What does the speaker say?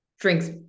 drinks